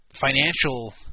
financial